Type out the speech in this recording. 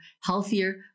healthier